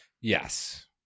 yes